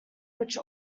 which